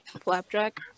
flapjack